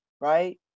right